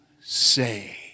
say